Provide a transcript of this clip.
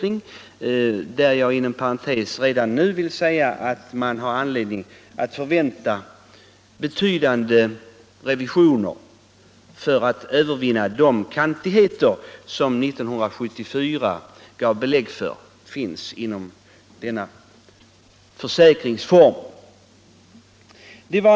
Inom parentes vill jag redan nu säga att det är anledning att förvänta betydande revisioner för att övervinna de kantigheter som 1974 gav belägg för finns inom denna försäkringsform.